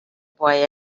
boy